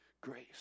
grace